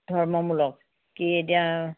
ধৰ্মমূলক কি এতিয়া